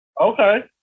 Okay